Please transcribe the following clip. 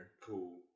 Cool